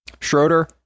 Schroeder